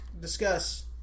discuss